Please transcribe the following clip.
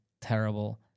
terrible